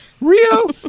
Rio